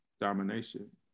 domination